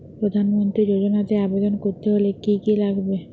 প্রধান মন্ত্রী যোজনাতে আবেদন করতে হলে কি কী লাগবে?